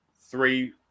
Three